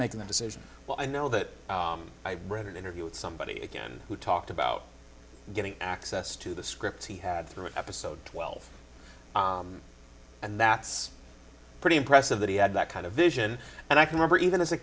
making the decision well i know that i read an interview with somebody again who talked about getting access to the scripts he had through episode twelve and that's pretty impressive that he had that kind of vision and i can never even as a